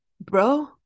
bro